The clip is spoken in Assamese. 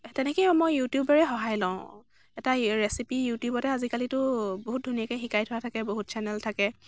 তেনেকেই মই ইউটিউবৰে সহায় লওঁ এটা ৰেচিপি ইউটিউবতে আজিকালিতো বহুত ধুনীয়াকৈ শিকাই থোৱা থাকে বহুত চেনেল থাকে